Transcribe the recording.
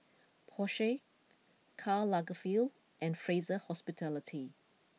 Porsche Karl Lagerfeld and Fraser Hospitality